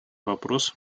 вопрос